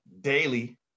Daily